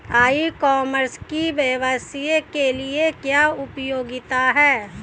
ई commerce की व्यवसाय के लिए क्या उपयोगिता है?